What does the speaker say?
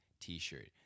T-shirt